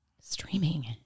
Streaming